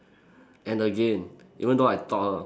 and again even though I taught her